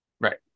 Right